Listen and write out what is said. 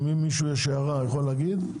אם למישהו יש הערה יכול להגיד,